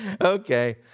Okay